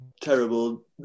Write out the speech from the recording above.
terrible